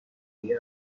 فوریه